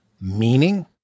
meaning